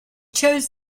chose